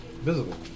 Visible